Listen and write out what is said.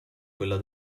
quella